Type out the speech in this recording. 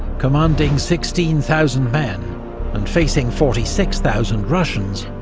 commanding sixteen thousand men and facing forty six thousand russians,